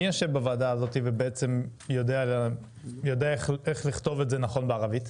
מי יושב בוועדה הזו ובעצם יודע איך לכתוב את זה נכון בערבית?